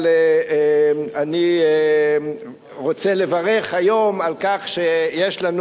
אני רוצה לברך היום על כך שיש לנו